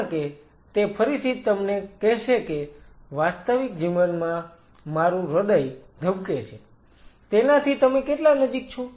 કારણ કે તે ફરીથી તમને કહેશે કે વાસ્તવિક જીવનમાં મારું હૃદય ધબકે છે તેનાથી તમે કેટલા નજીક છો